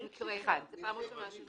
במקרה, זו פעם ראשונה.